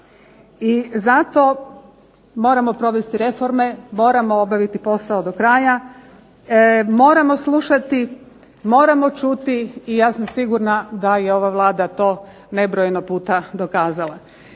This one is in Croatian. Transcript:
i zato moramo provesti reforme, moramo obaviti posao do kraja. Moramo slušati, moramo čuti i ja sam sigurna da je ova Vlada to nebrojeno puta dokazala.